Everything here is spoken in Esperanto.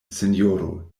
sinjoro